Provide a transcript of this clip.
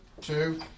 two